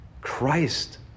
Christ